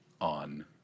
on